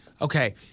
Okay